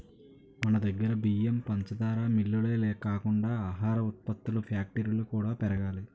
మనదగ్గర బియ్యం, పంచదార మిల్లులే కాకుండా ఆహార ఉత్పత్తుల ఫ్యాక్టరీలు కూడా పెరగాలి